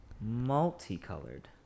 multicolored